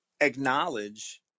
acknowledge